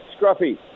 Scruffy